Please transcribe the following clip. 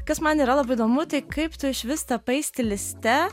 kas man yra labai įdomu tai kaip tu išvis tapai stiliste